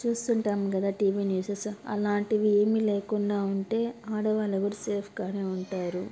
చూస్తుంటాము కదా TV news అలాంటివి ఏమీ లేకుండా ఉంటే ఆడేవాళ్ళు కూడా సేఫ్గానే ఉంటారు